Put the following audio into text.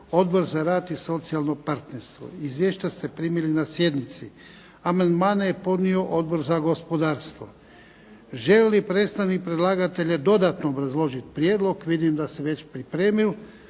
Odbor za rad i socijalno partnerstvo. Izvješća ste primili na sjednici. Amandmane je podnio Odbor za gospodarstvo. Želi li predstavnik predlagatelja dodatno obrazložiti prijedlog? Vidim da se već pripremil.